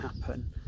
happen